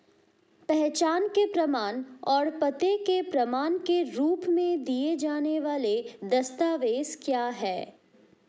पहचान के प्रमाण और पते के प्रमाण के रूप में दिए जाने वाले दस्तावेज क्या हैं?